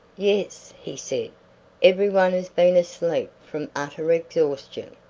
yes, he said every one has been asleep from utter exhaustion.